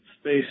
space